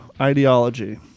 ideology